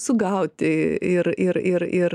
sugauti ir ir ir ir